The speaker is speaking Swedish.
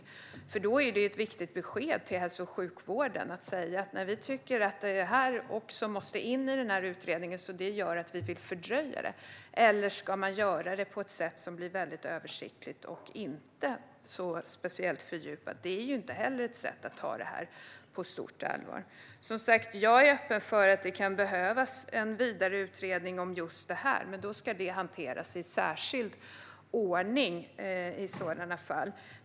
Det är i så fall ett viktigt besked till hälso och sjukvården att detta också ska in i utredningen och att vi därför vill fördröja den. Eller ska man göra det på ett sätt som blir översiktligt och inte speciellt fördjupat? Det är ju inte heller ett sätt att ta detta på stort allvar. Som sagt: Jag är öppen för att det kan behövas en vidare utredning om just det här, men då ska det göras i särskild ordning.